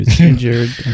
injured